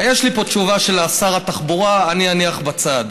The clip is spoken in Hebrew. יש לי פה תשובה של שר התחבורה, אני אניח בצד.